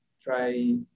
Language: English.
try